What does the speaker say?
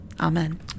Amen